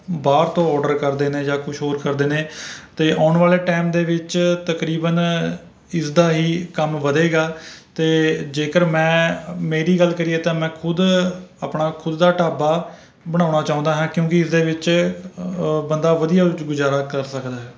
ਬਹਾਰ ਤੋਂ ਆਰਡਰ ਕਰਦੇ ਨੇ ਜਾਂ ਕੁਝ ਹੋਰ ਕਰਦੇ ਨੇ ਅਤੇ ਆਉਣ ਵਾਲੇ ਟਾਈਮ ਦੇ ਵਿੱਚ ਤਕਰੀਬਨ ਇਸ ਦਾ ਹੀ ਕੰਮ ਵਧੇਗਾ ਅਤੇ ਜੇਕਰ ਮੈਂ ਮੇਰੀ ਗੱਲ ਕਰੀਏ ਤਾਂ ਮੈਂ ਖੁੱਦ ਆਪਣਾ ਖੁੱਦ ਦਾ ਢਾਬਾ ਬਣਾਉਣਾ ਚਾਹੁੰਦਾ ਹਾਂ ਕਿਉਂਕਿ ਇਸਦੇ ਵਿੱਚ ਅ ਬੰਦਾ ਵਧੀਆ 'ਚ ਗੁਜ਼ਾਰਾ ਕਰ ਸਕਦਾ ਹੈ